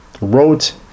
wrote